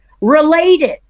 Related